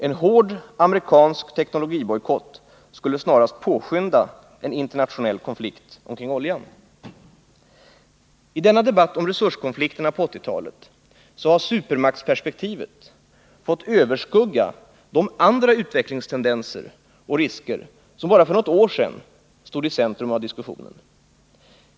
En hård amerikansk teknologibojkott skulle snarast påskynda en internationell konflikt kring oljan. I denna debatt om resurskonflikterna på 1980-talet har supermaktsperspektivet fått överskugga de andra utvecklingstendenser och risker som bara för något år sedan stod i centrum för diskussionen.